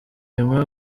rimwe